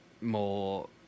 more